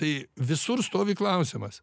tai visur stovi klausimas